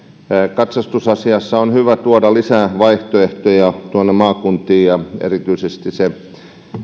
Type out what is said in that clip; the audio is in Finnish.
katsastusasiassa on hyvä tuoda lisää vaihtoehtoja tuonne maakuntiin ja erityisesti sääntely